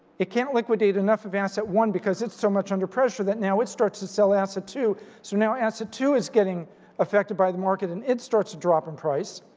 it can't liquidate enough of an asset one because it's so much under pressure that now it starts to sell asset two so now asset two is getting affected by the market and it starts to drop in price.